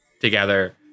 together